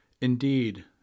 Indeed